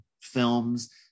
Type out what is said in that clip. films